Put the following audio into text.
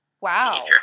Wow